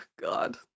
God